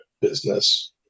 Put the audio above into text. business